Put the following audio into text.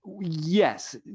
Yes